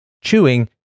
chewing